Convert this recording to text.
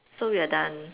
so we're done